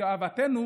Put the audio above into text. גאוותנו,